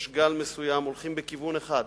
יש גל מסוים, הולכים בכיוון אחד,